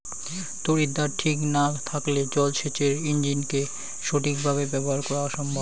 তড়িৎদ্বার ঠিক না থাকলে জল সেচের ইণ্জিনকে সঠিক ভাবে ব্যবহার করা অসম্ভব